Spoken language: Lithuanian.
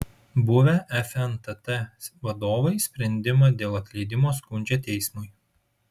buvę fntt vadovai sprendimą dėl atleidimo skundžia teismui